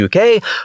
UK